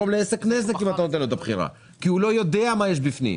לעסק נזק אם אתה נותן לו את הבחירה כי הוא לא יודע מה יש בפנים.